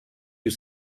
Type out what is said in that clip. you